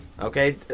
okay